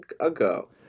ago